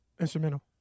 Instrumental